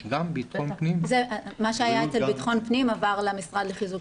מה שהיה בבטחון הפנים עבר למשרד לחיזוק קהילתי.